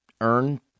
earn